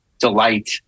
delight